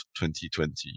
2020